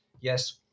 yes